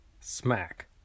smack